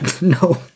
No